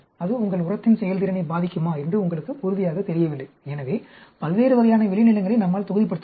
அது உங்கள் உரத்தின் செயல்திறனை பாதிக்குமா என்று உங்களுக்கு உறுதியாகத் தெரியவில்லை எனவே பல்வேறு வகையான விளைநிலங்களை நம்மால் தொகுதிப்படுத்த முடியும்